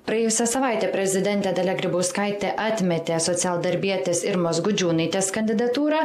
praėjusią savaitę prezidentė dalia grybauskaitė atmetė socialdarbietės irmos gudžiūnaitės kandidatūrą